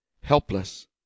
helpless